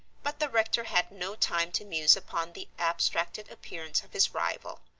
but the rector had no time to muse upon the abstracted appearance of his rival.